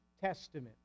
Testament